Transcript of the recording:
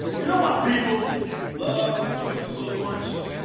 you know why people love twitch so much?